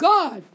God